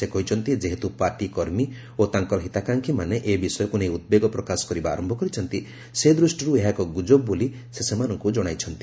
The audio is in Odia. ସେ କହିଛନ୍ତି ଯେହେତୁ ପାର୍ଟି କର୍ମୀ ଓ ତାଙ୍କର ହିତାକାଂକ୍ଷିମାନେ ଏ ବିଷୟକୁ ନେଇ ଉଦ୍ବେଗ ପ୍ରକାଶ କରିବା ଆରମ୍ଭ କରିଛନ୍ତି ସେ ଦୃଷ୍ଟିରୁ ଏହା ଏକ ଗୁଜବ ବୋଲି ସେ ସେମାନଙ୍କୁ ଜଣାଇଛନ୍ତି